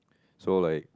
so like